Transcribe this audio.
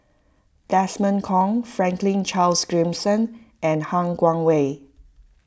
Desmond Kon Franklin Charles Gimson and Han Guangwei